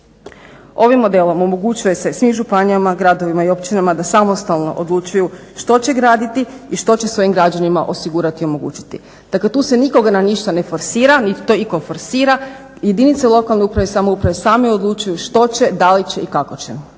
Ovim modelom omogućuje se svim županijama, gradovima i općinama da samostalno odlučuju što će graditi i što će svojim građanima osigurati i omogućiti. Dakle, tu se nikoga na ništa ne forsira niti to itko forsira, jedinice lokalne uprave i samouprave same odlučuju što će, da li će i kako će.